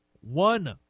one